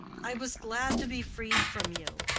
i was glad to be freed from you.